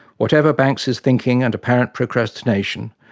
whatever banks's thinking and apparent procrastination,